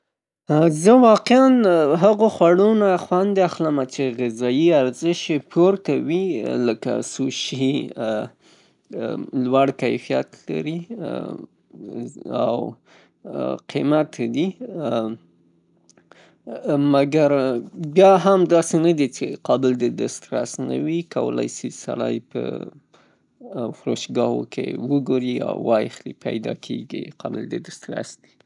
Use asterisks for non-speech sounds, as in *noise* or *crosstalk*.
زه واقعاً د هغه خوړو نه خوند اخلمه چه غذایی ارزش یې پورته وي لکه سوشي. لوړ کیفیت لري او قیمته دي، مګر بیا هم داسې ندې چه قابل د دسترس نه وي. کولای سي سړی په فروشګاوو کې وګوري او وایخلي، پیداکیږي، *hesitation* قابل د دسترس دي.